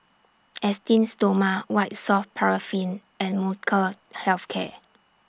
Esteem Stoma White Soft Paraffin and Molnylcke Health Care